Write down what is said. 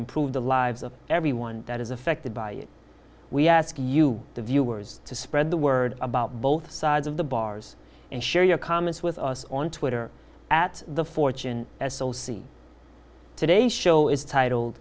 improve the lives of everyone that is affected by it we ask you the viewers to spread the word about both sides of the bars and share your comments with us on twitter at the fortune s o c today's show is titled